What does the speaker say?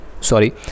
sorry